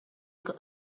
could